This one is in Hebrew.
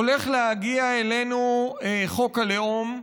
הולך להגיע אלינו חוק הלאום.